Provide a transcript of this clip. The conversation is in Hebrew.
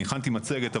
אני הכנתי מצגת,